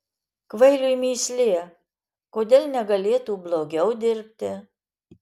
kvailiui mįslė kodėl negalėtų blogiau dirbti